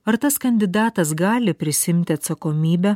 ar tas kandidatas gali prisiimti atsakomybę